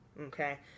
Okay